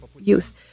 youth